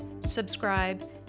subscribe